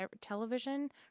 television